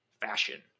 fashion